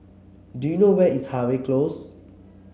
do you know where is Harvey Close